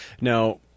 Now